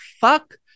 fuck